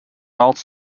arts